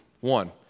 One